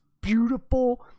beautiful